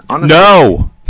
No